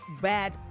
bad